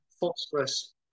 phosphorus